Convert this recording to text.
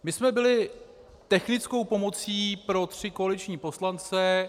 My jsme byli technickou pomocí pro tři koaliční poslance.